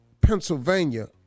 Pennsylvania